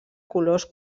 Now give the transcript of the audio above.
colors